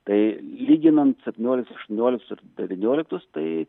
tai lyginant septynioliktus aštuonioliktus ir devynioliktus tai